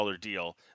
deal